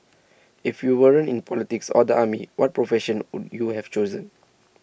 if you weren't in politics or the army what profession would you have chosen